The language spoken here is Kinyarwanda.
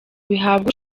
bihabwa